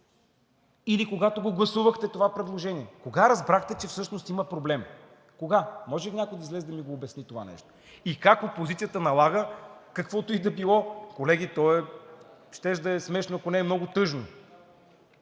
или когато го гласувахте това предложение? Кога разбрахте, че всъщност има проблем? Кога? Може ли някой да излезе и да ми обясни това нещо? Как опозицията налага каквото и да било? Колеги, то щеше да е смешно, ако не е много тъжно.